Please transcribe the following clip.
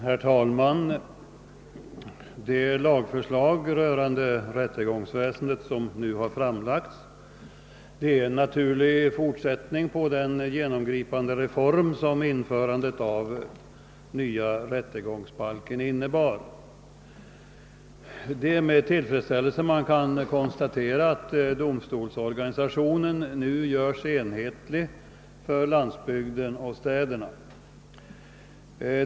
Herr talman! De lagförslag rörande rättegångsväsendet som här framlagts är en naturlig fortsättning på den genomgripande reform som införandet av den nya rättegångsbalken innebar. Det är med tillfredsställelse man kan konstatera att domstolsorganisationen nu görs enhetlig för landsbygden och städerna.